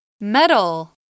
Metal